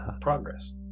progress